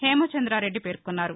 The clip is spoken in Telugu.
పేమచంద్రారెడ్డి పేర్కొన్నారు